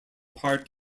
part